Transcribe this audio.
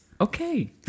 Okay